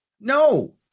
No